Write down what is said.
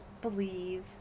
believe